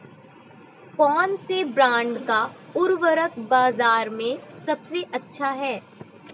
कौनसे ब्रांड का उर्वरक बाज़ार में सबसे अच्छा हैं?